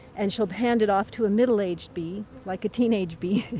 and she'll hand it off to a middle-aged bee, like a teenage bee,